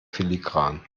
filigran